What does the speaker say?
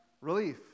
Relief